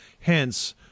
Hence